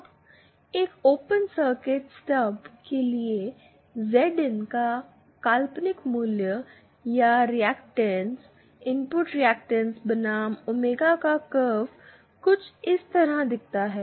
अब एक open circuit stub के लिए जेड इन का काल्पनिक मूल्य या रिएक्टेंस इनपुट रिएक्टेंस बनाम ओमेगा का कर्व कुछ इस तरह दिखता है